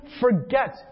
forget